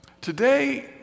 today